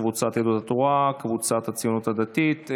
קבוצת סיעת יהדות התורה וקבוצת סיעת הציונות הדתית.